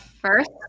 first